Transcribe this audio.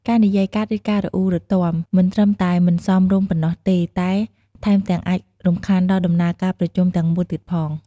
ការនិយាយកាត់ ឬការរអ៊ូរទាំ មិនត្រឹមតែមិនសមរម្យប៉ុណ្ណោះទេ តែថែមទាំងអាចរំខានដល់ដំណើរការប្រជុំទាំងមូលទៀតផង។